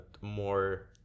more